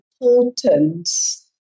importance